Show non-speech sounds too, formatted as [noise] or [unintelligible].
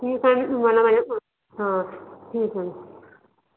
ठीक आहे तुम्हाला माझ्या [unintelligible] हां ठीक आहे